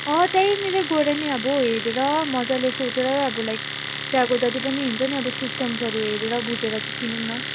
अँ त्यहीँनिरै गएर नि अब हेरेर मज्जाले सोचेर अब लाइक त्यहाँको जति पनि हुन्छ नि सिस्टम्सहरू हेरेर बुझेर चाहिँ किनौँ न